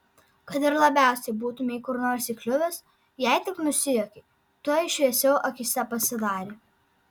kad ir labiausiai būtumei kur nors įkliuvęs jei tik nusijuokei tuoj šviesiau akyse pasidarė